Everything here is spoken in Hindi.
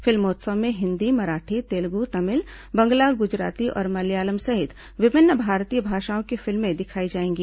फिल्मोत्सव में हिंदी मराठी तेलुगू तमिल बंगला गुजराती और मलयालम सहित विभिन्न भारतीय भाषाओं की फिल्में दिखाई जाएंगी